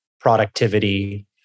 productivity